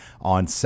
on